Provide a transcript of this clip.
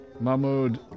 Mahmoud